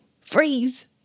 freeze